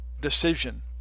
decision